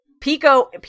Pico